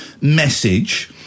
message